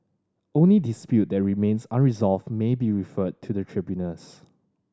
only dispute that remain unresolved may be referred to the tribunals